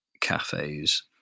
cafes